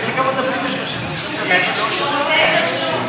אדוני השר,